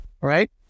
right